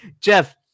Jeff